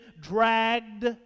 dragged